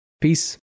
Peace